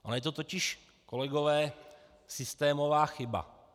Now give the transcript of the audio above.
Je to totiž, kolegové, systémová chyba.